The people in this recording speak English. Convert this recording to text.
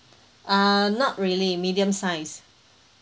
err not really medium size